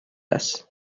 است